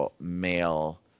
male